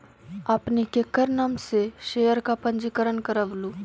आपने केकर नाम से शेयर का पंजीकरण करवलू